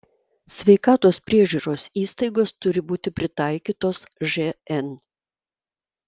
sveikatos priežiūros įstaigos turi būti pritaikytos žn